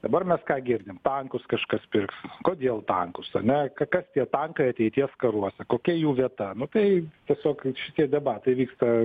dabar mes ką girdim tankus kažkas pirks kodėl tankus ane kas tie tankai ateities karuose kokia jų vieta nu tai tiesiog kad šitie debatai vyksta